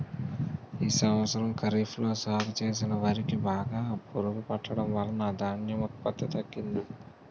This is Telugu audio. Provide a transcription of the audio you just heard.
ఈ సంవత్సరం ఖరీఫ్ లో సాగు చేసిన వరి కి బాగా పురుగు పట్టడం వలన ధాన్యం ఉత్పత్తి తగ్గింది